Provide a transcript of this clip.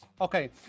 okay